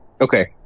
Okay